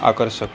आकर्षक